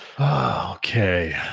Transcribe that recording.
Okay